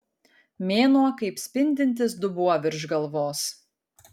mėnuo kaip spindintis dubuo virš galvos